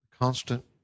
Constant